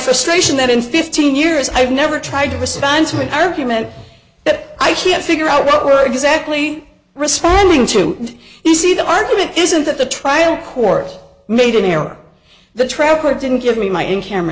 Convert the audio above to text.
frustration that in fifteen years i've never tried to respond to an argument that i can't figure out what we're exactly responding to you see the argument isn't that the trial court made an error the trapper didn't give me my in camera